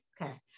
Okay